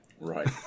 Right